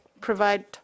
provide